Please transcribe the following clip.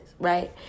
right